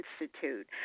Institute